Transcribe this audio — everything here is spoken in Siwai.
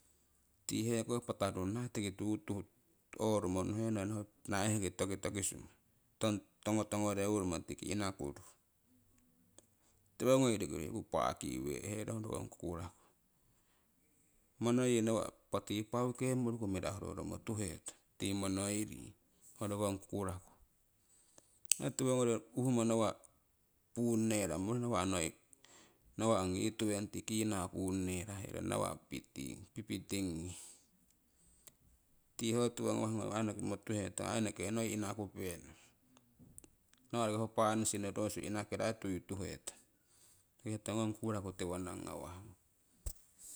. Tii heko patakonno tiki tuutuut orumo nuhenong hoi naiheki tokitokisumo tongotongo reurumo tiki inakuruh, tiwo ngoriku riku paaki we'herong rongkong kukuraku. Monoyii nawa' impah tii paaukemmo uruku mirahu roromo tuhetong ti monoiri ho rokong kukuraku. Tiwongori nawa' puuneramo nawah ongii yii twenty kina puunneramo nawah fifteengi ti ho gawah nokiimo tuhetong ai eneki noii inakupenong, nawah roki ho banis norosu inakiro ai tuituhetong nohihetong ngong kukuraku tiwoninang ngawah